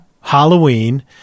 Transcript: Halloween